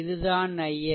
இது தான் ix